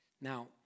Now